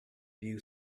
view